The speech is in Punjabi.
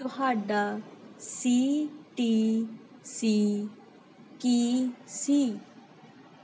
ਤੁਹਾਡਾ ਸੀ ਟੀ ਸੀ ਕੀ ਸੀ